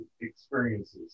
experiences